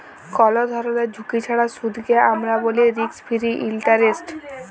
call ধরলের ঝুঁকি ছাড়া সুদকে আমরা ব্যলি রিস্ক ফিরি ইলটারেস্ট